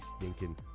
stinking